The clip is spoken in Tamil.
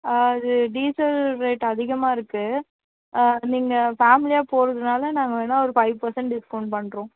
ஆ அது டீசல் ரேட் அதிகமாக இருக்குது நீங்கள் ஃபேமிலியாக போகிறதுனால நாங்கள் வேணுனா ஒரு ஃபைவ் பெர்சண்ட் டிஸ்கவுண்ட் பண்ணுறோம்